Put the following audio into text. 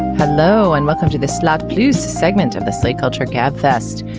hello and welcome to the slot, please segment of the slate culture gabfest.